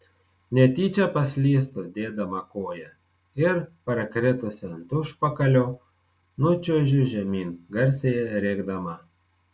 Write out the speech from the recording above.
netyčia paslystu dėdama koją ir parkritusi ant užpakalio nučiuožiu žemyn garsiai rėkdama